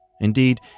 Indeed